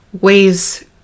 ways